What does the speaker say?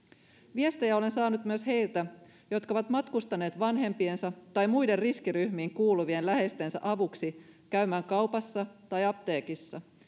viestejä olen saanut myös heiltä jotka ovat matkustaneet vanhempiensa tai muiden riskiryhmiin kuuluvien läheistensä avuksi käymään kaupassa tai apteekissa